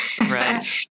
Right